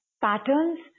patterns